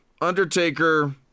Undertaker